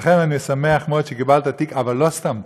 ולכן אני שמח מאוד שקיבלת תיק, אבל לא סתם תיק.